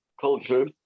culture